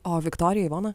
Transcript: o viktorija ivona